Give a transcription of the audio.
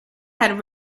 had